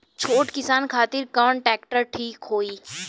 छोट किसान खातिर कवन ट्रेक्टर ठीक होई?